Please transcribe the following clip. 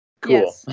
Cool